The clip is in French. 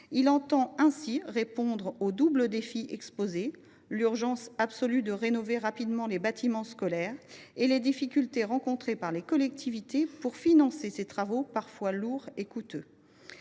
Il entend ainsi répondre au double défi posé par l’urgence absolue de rénover rapidement les bâtiments scolaires et les difficultés rencontrées par les collectivités pour financer ces travaux parfois lourds et très coûteux.